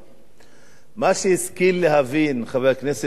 מה שהשכיל להבין חבר הכנסת יוחנן פלסנר